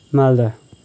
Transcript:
Malda